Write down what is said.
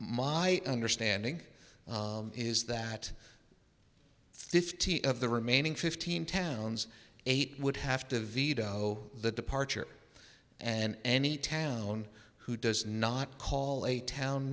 my understanding is that fifty of the remaining fifteen towns eight would have to veto the departure and any town who does not call a town